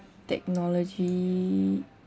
technology